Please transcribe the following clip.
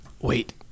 wait